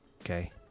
Okay